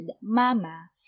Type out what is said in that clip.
mama